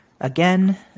again